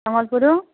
ସମ୍ୱଲପୁରୁରୁ